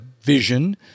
vision